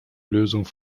lösung